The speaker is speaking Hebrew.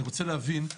אני רוצה להבין.